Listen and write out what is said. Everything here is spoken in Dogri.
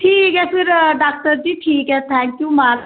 ठीक ऐ फिर डाक्टर जी ठीक ऐ थैंक्यू मा